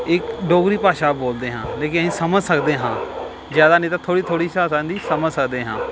ਇਕ ਡੋਗਰੀ ਭਾਸ਼ਾ ਬੋਲਦੇ ਹਾਂ ਲੇਕਿਨ ਅਸੀਂ ਸਮਝ ਸਕਦੇ ਹਾਂ ਜ਼ਿਆਦਾ ਨਹੀਂ ਤਾਂ ਥੋੜ੍ਹੀ ਥੋੜ੍ਹੀ ਭਾਸ਼ਾ ਉਹਨਾਂ ਦੀ ਸਮਝ ਸਕਦੇ ਹਾਂ